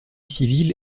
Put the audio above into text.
civile